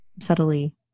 subtly